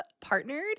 partnered